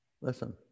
Listen